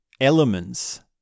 elements